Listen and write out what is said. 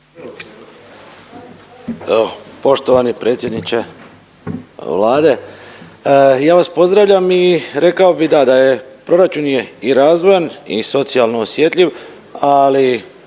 Poštovani predsjedniče Vlade, ja vas pozdravljam i rekao bih, da, da je proračun je i razvojan i socijalno osjetljiv, ali